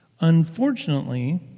Unfortunately